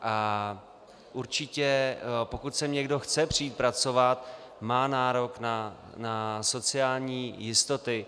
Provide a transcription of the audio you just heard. A určitě, pokud sem někdo chce přijít pracovat, má nárok na sociální jistoty.